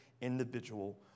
individual